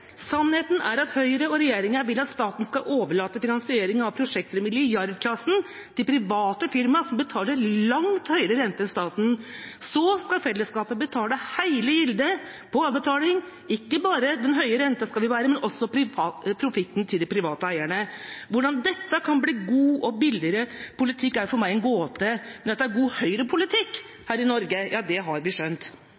Sannheten er at Høyre og regjeringen vil at staten skal overlate finansieringen av prosjekter i milliardklassen til private firma som betaler langt høyere rente enn staten. Så skal fellesskapet betale hele gildet på avbetaling. Ikke bare skal vi bære den høye renta, men også profitten til de private eierne. Hvordan dette kan bli god og billigere politikk, er for meg en gåte. Men at det er god